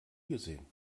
gesehen